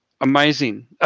Amazing